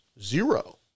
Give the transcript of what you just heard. Zero